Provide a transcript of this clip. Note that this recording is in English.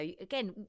again